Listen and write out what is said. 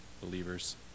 believers